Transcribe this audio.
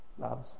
loves